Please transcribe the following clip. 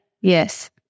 yes